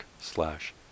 slash